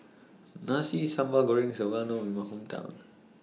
Nasi Sambal Goreng IS Well known in My Hometown